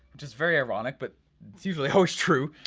which is very ironic but it's usually always true.